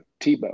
Tebow